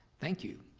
thank you.